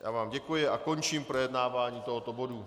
Já vám děkuji a končím projednávání tohoto bodu.